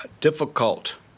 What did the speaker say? difficult